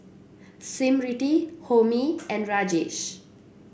Smriti Homi and Rajesh